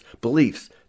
beliefs